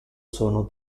sono